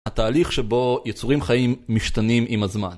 התהליך שבו יצורים חיים משתנים עם הזמן